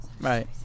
right